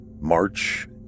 March